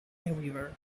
everywhere